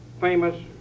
famous